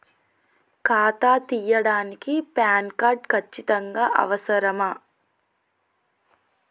ఖాతా తీయడానికి PAN card ఖచ్చితంగా అవసరమా?